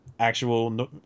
actual